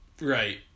Right